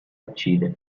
uccide